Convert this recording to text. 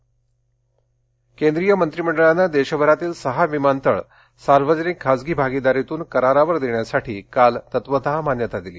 केंद्रीय मंत्रीमंडळ केंद्रीय मंत्रीमंडळानं देशभरातील सहा विमानतळ सार्वजनिक खासगी भागिदारीतून करारावर देण्यासाठी काल तत्वतः मान्यता दिली